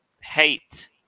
hate